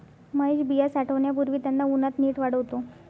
महेश बिया साठवण्यापूर्वी त्यांना उन्हात नीट वाळवतो